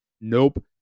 Nope